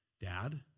Dad